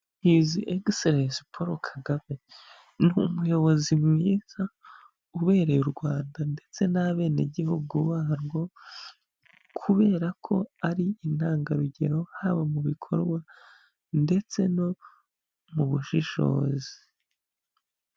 His excellence Paul Kagame ni umuyobozi mwiza ubereye u Rwanda ndetse n'abenegihugu barwo, kubera ko ari intangarugero haba mu bikorwa ndetse no mu bushishozi.